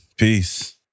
Peace